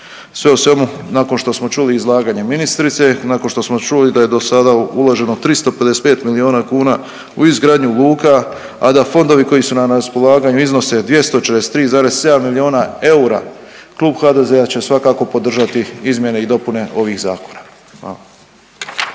Sve u svemu nakon što smo čuli izlaganje ministrice, nakon što smo čuli da je dosada uloženo 355 miliona kuna u izgradnju luka, a da fondovi koji su nam na raspolaganju iznose 243,7 miliona eura Klub HDZ-a će svakako podržati izmjene i dopune ovih zakona. Hvala.